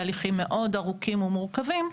תהליכים מאוד ארוכים ומורכבים,